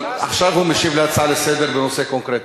עכשיו הוא משיב על הצעה לסדר-היום בנושא קונקרטי.